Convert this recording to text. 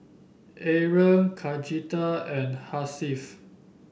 Aaron Khadija and Hasif